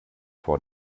vor